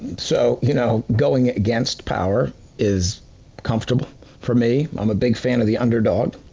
so you know going against power is comfortable for me. i'm a big fan of the underdog,